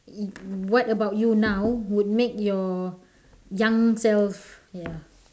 what about you now would make your young self ya